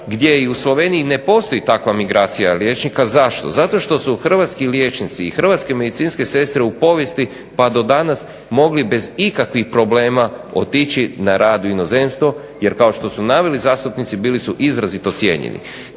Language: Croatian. gdje i u Sloveniji ne postoji takva migracija liječnika. Zašto? Zato što su hrvatski liječnici i hrvatske medicinske sestre u povijesti pa do danas mogli bez ikakvih problema otići na rad u inozemstvo. Jer kao što su naveli zastupnici bili su izrazito cijenjeni.